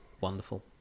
wonderful